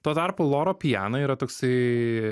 tuo tarpu loro piana yra toksai